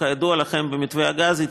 כידוע לכם, התקבע במתווה הגז.